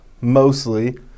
mostly